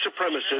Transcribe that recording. supremacists